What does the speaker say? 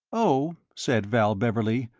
oh, said val beverley,